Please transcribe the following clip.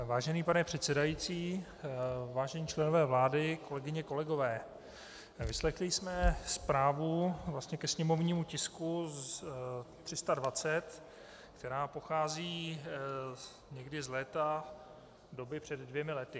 Vážený pane předsedající, vážení členové vlády, kolegyně, kolegové, vyslechli jsme zprávu ke sněmovnímu tisku 320, která pochází někdy z léta z doby před dvěma lety.